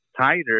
tighter